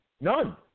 None